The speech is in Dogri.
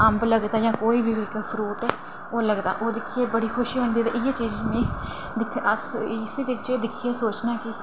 अम्ब लगदा जां कोई बी फ्रूट लगदा ते ओह् दिक्खियै बड़ी खुशी होंदी ते इ'यै चीज़ दिक्खियै अस सोचने आं कि